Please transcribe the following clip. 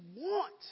want